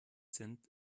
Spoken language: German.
sind